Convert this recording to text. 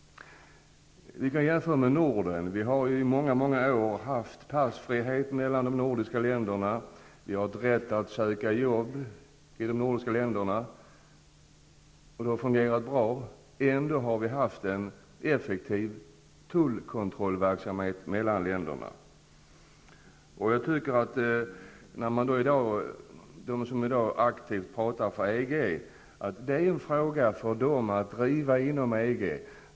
Vi kan jämföra med Norden där vi i många år haft passfrihet mellan de nordiska länderna och rätt att söka jobb i ett nordiskt land. Det har fungerat bra. Ändå har det bedrivits en effektiv tullkontrollverksamhet mellan länderna. Detta är en fråga för dem som i dag aktivt talar för EG att driva inom EG.